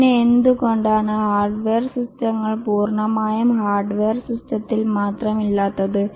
പിന്നെ എന്തുകൊണ്ട് ഹാർഡ്വെയർ സിസ്റ്റങ്ങൾ പൂർണ്ണമായും ഹാർഡ്വെയർ സിസ്റ്റത്തിൽ മാത്രം ഇല്ലാത്തത്